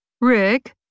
Rick